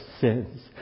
sins